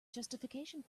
justification